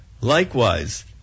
Likewise